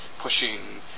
Pushing